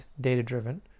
data-driven